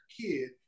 kid